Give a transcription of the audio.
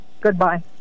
Goodbye